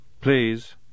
please